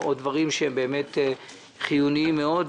או דברים שהם באמת שהם חיוניים מאוד,